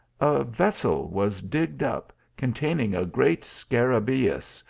a vessel was digged up, containing a great scarabneus,